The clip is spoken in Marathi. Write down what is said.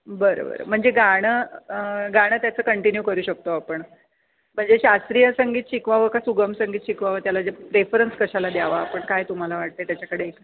बरं बरं म्हणजे गाणं गाणं त्याचं कंटिन्यू करू शकतो आपण म्हणजे शास्त्रीय संगीत शिकवावं का सुगम संगीत शिकवावं त्याला जे प्रेफरन्स कशाला द्यावा आपण काय तुम्हाला वाटते त्याच्याकडे एक